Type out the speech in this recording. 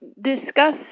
discuss